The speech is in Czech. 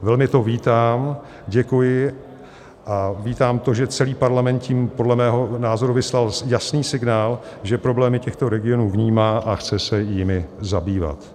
Velmi to vítám, děkuji a vítám to, že celý Parlament tím podle mého názoru vyslal jasný signál, že problémy těchto regionů vnímá a chce se jimi zabývat.